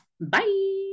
Bye